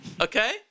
Okay